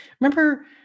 remember